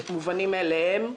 מובנים מאליהם,